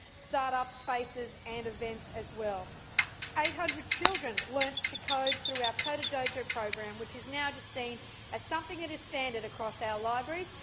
start-up spaces and events as well. some eight hundred children learnt to code through our coderdojo program, which is now just seen as something that is standard across our libraries,